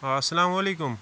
السلام علیکُم